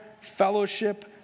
fellowship